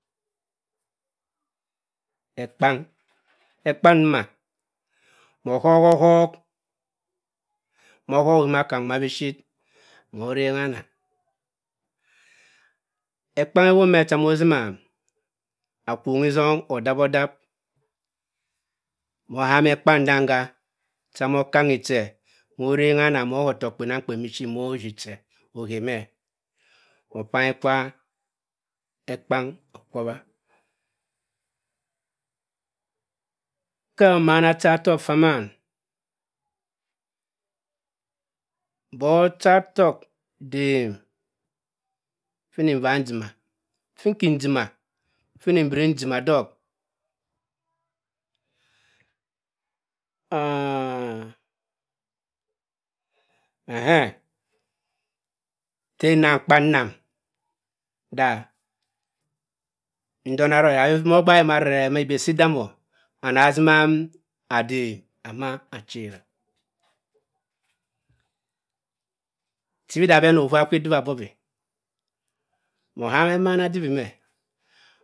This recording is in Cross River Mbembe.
Ekpang ekpang nduma moh ohok ohok mor ohoi ohimaka nwuma biphir moh orenga anna ekpang ewop me cha amo ozim a- akwongi zom odap odap, moh ohama ekpang ndonga, cha moh okangi che woh orengi ana mo ohe ottohk kpenamkpen bi phir moh ovi che ohe m-e opangi kwa ekpamg okwowa. Ka omama cha tokk ffa maan bong ochatohk dem ffi nni nva njima ffi nki njima ffa nni nviri njima dohk ah-- enhe--unintelligble tte nna mkpa nnam daa ndonna ro asima agbaaki marerere ibe si idam-o ana asima adem ama achera chibi da abhe ama ohuwa kwa edibi abobwi moh oham emmana dibi m-e.